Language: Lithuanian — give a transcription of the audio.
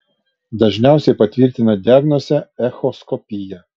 dažniausiai patvirtina diagnozę echoskopija